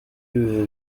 ibihe